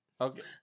Okay